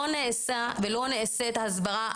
לא נעשית הסברה.